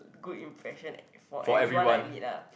good impression for everyone I meet ah